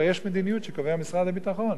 הרי יש מדיניות שקובע משרד הביטחון.